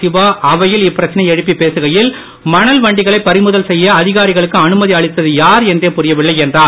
சிவா அவையில் இப்பிரச்சனையை எழுப்பி பேசுகையில் மணல் வண்டிகளை பறிமுதல் செய்ய அதிகாரிகளுக்கு அனுமதி அளித்தது யார் என்றே புரியவில்லை என்றார்